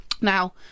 Now